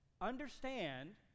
Understand